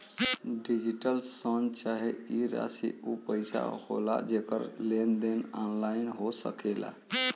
digital शन चाहे ई राशी ऊ पइसा होला जेकर लेन देन ऑनलाइन हो सकेला